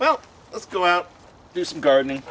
well let's go out do some gardening